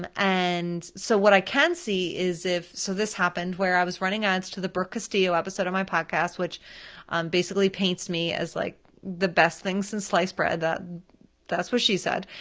and and so what i can see is if, so this happened where i was running ads to the brooke castillo episode of my podcast, which basically paints me as like the best thing since sliced bread, that's that's what she said.